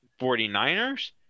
49ers